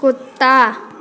कुत्ता